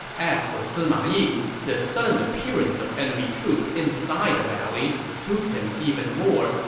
as for sima yi, this sudden appearance of enemy troops inside the valley spooked him even more,